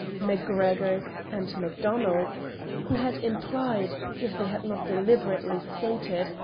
macgregors, and macdonalds who had implied, if they had not deliberately stated,